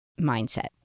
mindset